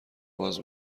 باز